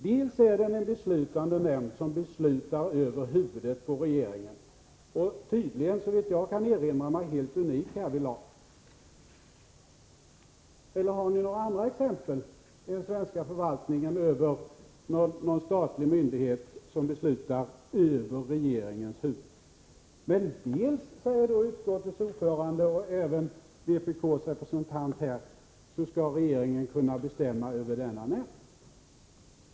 Dels är den en beslutande nämnd, som beslutar över huvudet på regeringen och tydligen, såvitt jag kan erinra mig, helt unik härvidlag. Eller har ni några andra exempel från den svenska förvaltningen på någon statlig myndighet som beslutar över regeringens huvud? Dels skall regeringen enligt utskottets ordförande och även enligt vpk:s representant kunna bestämma över denna nämnd.